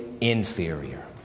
inferior